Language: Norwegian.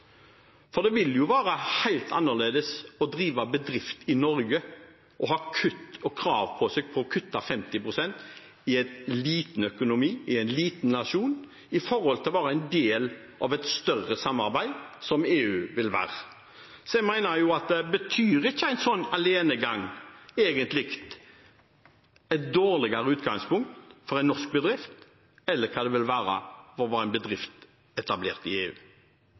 Det vil jo være helt annerledes å drive bedrift i Norge og ha krav på seg til å kutte 50 pst. i en liten økonomi, i en liten nasjon, i forhold til å være en del av et større samarbeid, som EU vil være, så betyr ikke en slik alenegang egentlig et dårligere utgangspunkt for en norsk bedrift enn hva det vil være å være en bedrift etablert i EU?